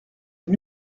une